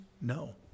No